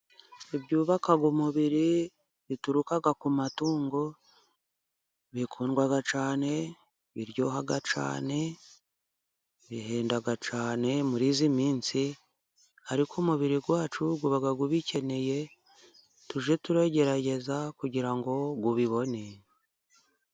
Ibyubaka umubiri bituruka ku matungo bikundwa cyane biryoha cyane bihenda cyane muri iyi minsi ariko umubiri wacu uba ubikeneye tujye turagerageza kugirango ubibone.